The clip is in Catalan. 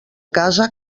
casa